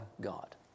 God